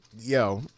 yo